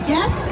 Yes